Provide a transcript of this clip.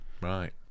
Right